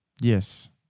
Yes